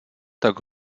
tak